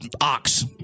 ox